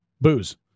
Booze